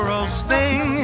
roasting